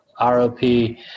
ROP